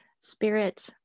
Spirit